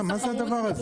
מה זה הדבר הזה?